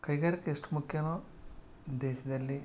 ಕೈಗಾರಿಕೆ ಎಷ್ಟು ಮುಖ್ಯನೊ ದೇಶದಲ್ಲಿ